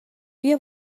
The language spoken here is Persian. بیا